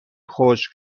خشک